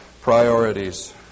priorities